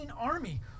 army